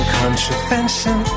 contravention